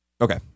okay